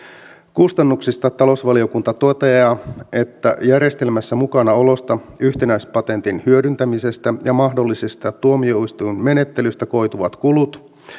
kustannuksista talousvaliokunta toteaa että järjestelmässä mukanaolosta yhtenäispatentin hyödyntämisestä ja mahdollisesta tuomioistuinmenettelystä koituvat kulut